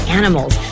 animals